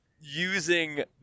using